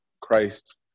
Christ